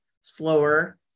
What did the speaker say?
slower